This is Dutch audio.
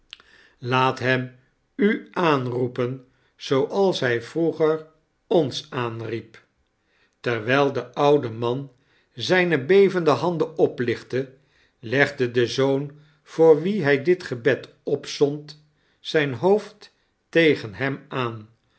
laat hem u aanroepen zooals hij vroeger ons aanriep terwijl de oude man zijne bevende handen oplichtte legde de zoon voor wien hij dit gebed opzond zijn hoofd tegen hem aan